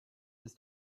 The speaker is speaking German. ist